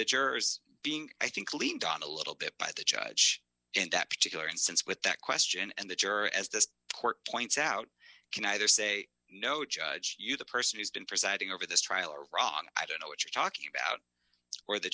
the jurors being i think leaned on a little bit by the judge in that particular instance with that question and the juror as this court points out can either say no judge you the person has been for siding over this trial or ron i don't know what you're talking about or the